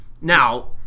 Now